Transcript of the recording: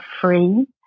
free